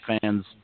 fans